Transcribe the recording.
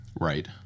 Right